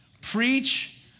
preach